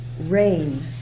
RAIN